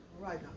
right